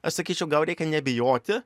aš sakyčiau gal reikia nebijoti